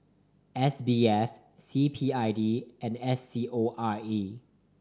S B F C P I B and S C O R E